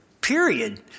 period